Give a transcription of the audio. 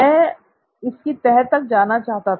मैं इसकी तह तक जाना चाहता था